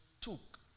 took